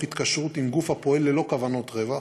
התקשרות עם גוף הפועל ללא כוונות רווח,